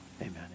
amen